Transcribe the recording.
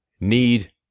need